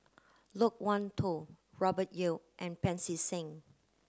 Loke Wan Tho Robert Yeo and Pancy Seng